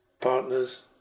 partners